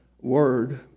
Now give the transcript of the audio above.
word